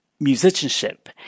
musicianship